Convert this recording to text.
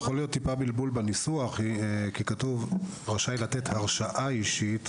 יכול להיות בלבול בניסוח כי כתוב: "רשאי לתת הרשאה אישית",